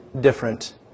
different